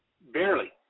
Barely